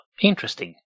interesting